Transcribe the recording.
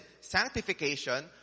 sanctification